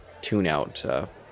tune-out